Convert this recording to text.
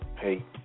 Hey